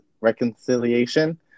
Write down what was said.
reconciliation